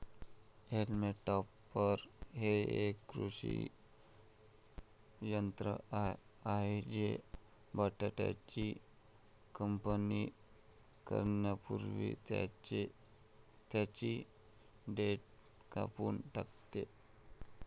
haulm topper हे एक कृषी यंत्र आहे जे बटाट्याची कापणी करण्यापूर्वी त्यांची देठ कापून टाकते